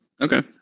Okay